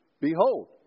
Behold